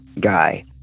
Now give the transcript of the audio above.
guy